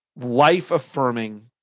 life-affirming